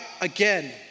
again